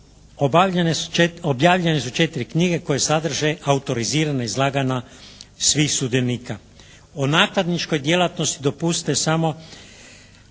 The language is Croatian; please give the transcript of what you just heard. objavljene su četiri knjige koje sadrže autorizirana izlaganja svih sudionika. O nakladničkoj djelatnosti dopustite samo